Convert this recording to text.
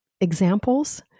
examples